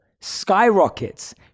skyrockets